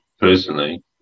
personally